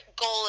goal